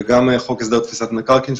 וגם חוק הסדר תפיסת מקרקעים,